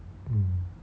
mm